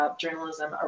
journalism